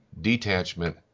Detachment